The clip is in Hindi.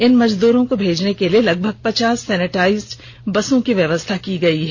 इन मजदूरों को भेजने के लिए लगभग पच्चास सेनेटाइज बसों की व्यवस्था की गई है